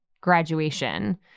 graduation